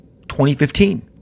2015